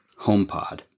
HomePod